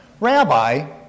Rabbi